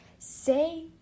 Say